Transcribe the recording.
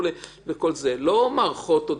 מערכות.